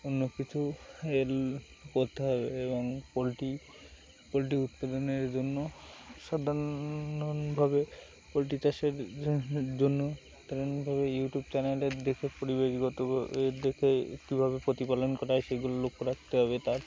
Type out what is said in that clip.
অন্য কিছু এর করতে হবে এবং পোলট্রি পোলট্রি উৎপাদনের জন্য সাধারণভাবে পোলট্রি চাষের জন্য সাধারণভাবে ইউটিউব চ্যানেলের দেখে পরিবেশগত এর দেখে কীভাবে প্রতিপালন করটায় সেগুলো লক্ষ্য রাখতে হবে তার